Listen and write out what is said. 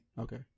Okay